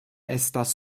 estas